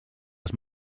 els